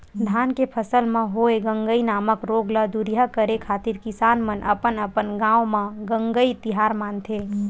धान के फसल म होय गंगई नामक रोग ल दूरिहा करे खातिर किसान मन अपन अपन गांव म गंगई तिहार मानथे